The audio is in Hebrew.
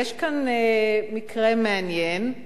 יש כאן מקרה מעניין,